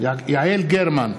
יעל גרמן,